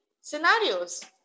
scenarios